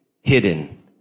hidden